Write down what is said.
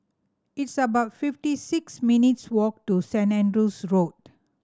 it's about fifty six minutes' walk to Saint Andrew's Road